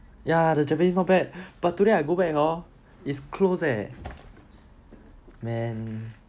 ya the japanese not bad but today I go back hor is closed leh man